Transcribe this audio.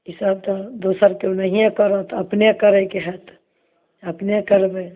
इसब तऽ दोसर कोइ नहिए करत अपने करैके होयत अपने करबै